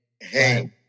Hey